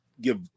give